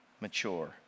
mature